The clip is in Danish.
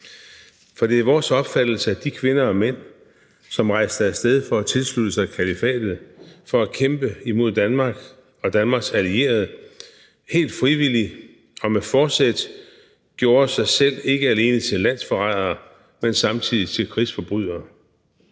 For det er vores opfattelse, at de kvinder og mænd, som rejste af sted for at tilslutte sig kalifatet, for at kæmpe imod Danmark og Danmarks allierede, helt frivilligt og med forsæt gjorde sig selv ikke alene til landsforrædere, men samtidig til krigsforbrydere.